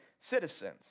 citizens